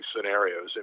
scenarios